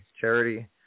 charity